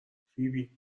فیبی